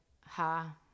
ha